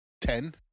Ten